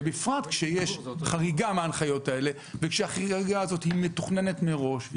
ובפרט כשיש חריגה מההנחיות האלה והחריגה הזאת מתוכננת מראש,